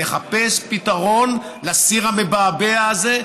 לחפש פתרון לסיר המבעבע הזה,